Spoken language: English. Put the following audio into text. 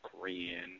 Korean